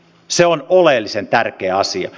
se on oleellisen tärkeä asia